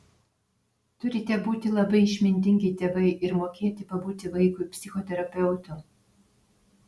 turite būti labai išmintingi tėvai ir mokėti pabūti vaikui psichoterapeutu